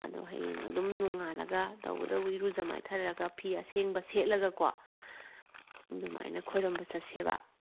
ꯑꯗꯣ ꯍꯌꯦꯡ ꯑꯗꯨꯝ ꯅꯣꯉꯥꯜꯂꯒ ꯇꯧꯕꯇꯕꯨ ꯏꯔꯨꯖ ꯃꯥꯏꯊꯔꯒ ꯐꯤ ꯑꯁꯦꯡꯕ ꯁꯦꯠꯂꯒꯀꯣ ꯑꯗꯨꯃꯥꯏꯅ ꯈꯨꯔꯨꯝꯕ ꯆꯠꯁꯦꯕ